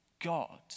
God